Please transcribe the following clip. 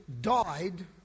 died